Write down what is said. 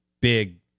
big